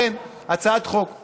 לכן הצעת החוק חשובה,